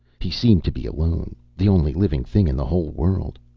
he seemed to be alone, the only living thing in the whole world.